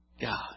God